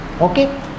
Okay